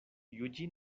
juĝi